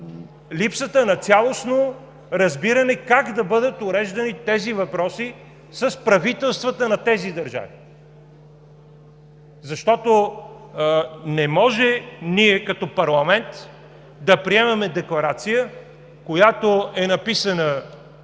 липсата на цялостно разбиране как да бъдат уреждани тези въпроси с правителствата на тези държави. Не може ние, като парламент, да приемаме Декларация, която е написана